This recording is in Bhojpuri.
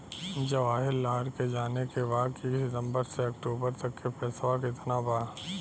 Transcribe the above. जवाहिर लाल के जाने के बा की सितंबर से अक्टूबर तक के पेसवा कितना बा?